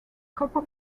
copper